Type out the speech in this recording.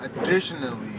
additionally